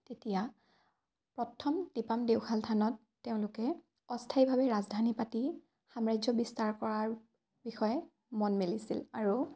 তেতিয়া প্ৰথম টিপাম দেওশাল থানত তেওঁলোকে অস্থায়ীভাৱে ৰাজধানী পাতি সাম্ৰাজ্য বিস্তাৰ কৰাৰ বিষয়ে মন মেলিছিল আৰু